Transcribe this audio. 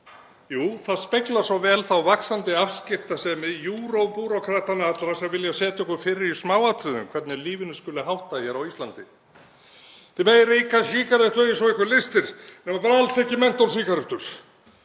Jú, það speglar svo vel þá vaxandi afskiptasemi júróbírókratana allra sem vilja setja okkur fyrir í smáatriðum hvernig lífinu skuli háttað hér á Íslandi. Þið megið reykja sígarettur eins og ykkur lystir, nema bara alls ekki mentólsígarettur